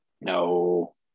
No